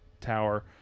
tower